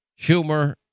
Schumer